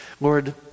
Lord